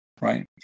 right